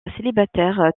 célibataire